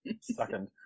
second